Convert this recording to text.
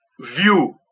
view